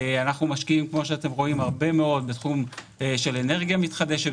אנחנו משקיעים הרבה מאוד בתחום של אנרגיה מתחדשת,